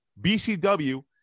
BCW